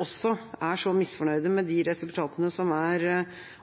også er så misfornøyd med resultatene som er